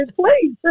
Please